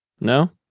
No